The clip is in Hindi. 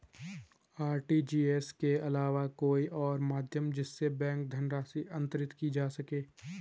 आर.टी.जी.एस के अलावा कोई और माध्यम जिससे बैंक धनराशि अंतरित की जा सके?